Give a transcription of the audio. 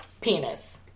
penis